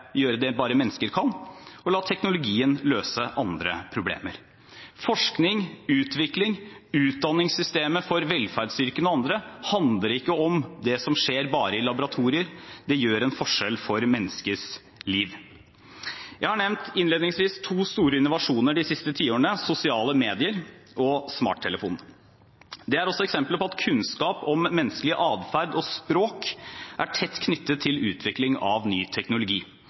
gjøre det som bare mennesker kan, og la teknologien løse andre problemer. Forskning, utvikling, utdanningssystemet for velferdsyrkene og andre handler ikke bare om det som skjer i laboratorier; det gjør en forskjell for menneskers liv. Innledningsvis nevnte jeg to store innovasjoner de siste tiårene: sosiale medier og smarttelefonen. Dette er også eksempler på at kunnskap om menneskelig atferd og språk er tett knyttet til utvikling av ny teknologi.